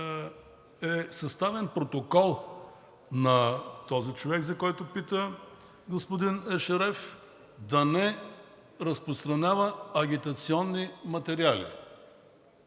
е съставен протокол на този човек, за който пита господин Ешереф, да не разпространява агитационни материали.